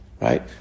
Right